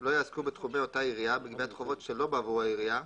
לא יעסקו בתחומי אותה עירייה בגביית חובות שלא בעבור העירייה,